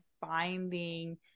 finding